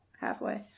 Halfway